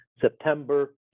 September